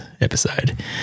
episode